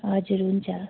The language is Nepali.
हजुर हुन्छ